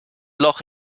loch